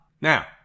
Now